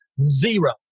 Zero